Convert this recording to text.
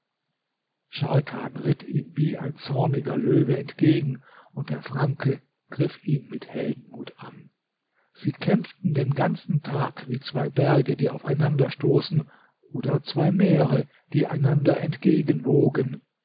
ihm wie ein zorniger löwe entgegen und der franke griff ihn mit heldenmut an sie kämpften den ganzen tag wie zwei berge die aufeinander stoßen oder zwei meere die einander